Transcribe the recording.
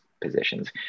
positions